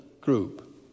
group